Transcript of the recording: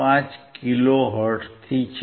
5 કિલો હર્ટ્ઝથી છે